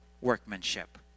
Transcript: workmanship